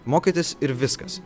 mokytis ir viskas